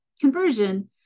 conversion